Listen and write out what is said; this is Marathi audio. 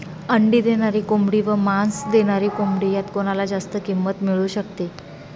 अंडी देणारी कोंबडी व मांस देणारी कोंबडी यात कोणाला जास्त किंमत मिळू शकते?